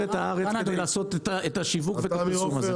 הארץ כדי לעשות את השיווק ואת הפרסום הזה,